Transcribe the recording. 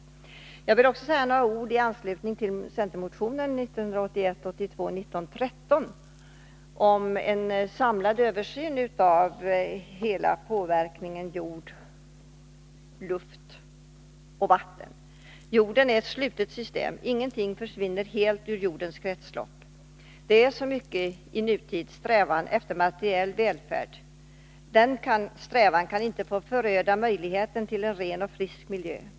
Onsdagen den Jag vill också säga några ord i anslutning till centermotionen 1981/82:1913 —2g april 1982 om en samlad översyn när det gäller all påverkan på jord, luft och vatten. Jorden är ett slutet system. Inget försvinner helt ur jordens kretslopp. I nutiden finns så mycken strävan efter materiell välfärd. Denna strävan kan inte få föröda möjligheten till en ren och frisk miljö.